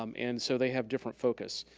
um and so they have different focus.